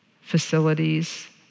facilities